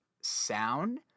sound